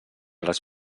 les